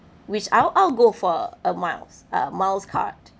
which I'll I'll go for a miles uh miles card